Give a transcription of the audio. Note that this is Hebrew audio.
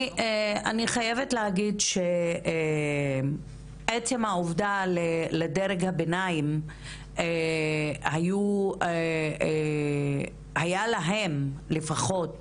אני חייבת להגיד שעצם העובדה שלדרג הביניים הייתה לפחות